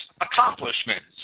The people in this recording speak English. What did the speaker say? accomplishments